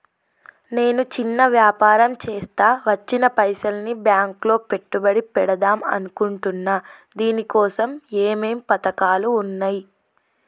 నేను చిన్న వ్యాపారం చేస్తా వచ్చిన పైసల్ని బ్యాంకులో పెట్టుబడి పెడదాం అనుకుంటున్నా దీనికోసం ఏమేం పథకాలు ఉన్నాయ్?